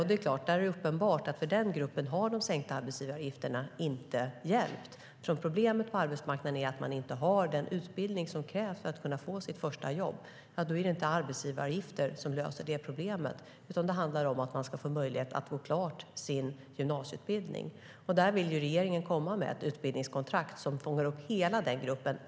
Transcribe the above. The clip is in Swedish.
Det är uppenbart att de sänkta arbetsgivaravgifterna inte har hjälpt den gruppen. Om problemet på arbetsmarknaden är att man inte har den utbildning som krävs för att kunna få sitt första jobb är det inte arbetsgivaravgifterna som löser det problemet. I stället behöver man få möjlighet att gå klart sin gymnasieutbildning. Där vill regeringen komma med ett utbildningskontrakt som fångar upp hela den gruppen.